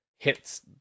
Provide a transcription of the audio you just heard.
hits